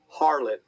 harlot